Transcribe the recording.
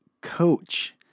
coach